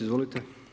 Izvolite.